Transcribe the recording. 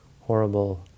horrible